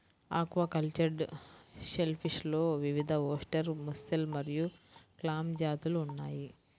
aquacultured షెల్ఫిష్లో వివిధఓస్టెర్, mussel మరియు క్లామ్ జాతులు ఉన్నాయి